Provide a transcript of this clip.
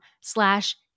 slash